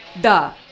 Duh